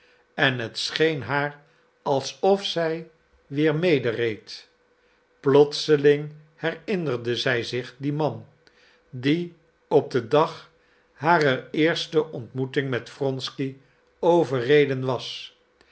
en het scheen haar alsof zij weer medereed plotseling herinnerde zij zich dien man die op den dag harer eerste ontmoeting met wronsky overreden was